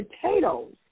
potatoes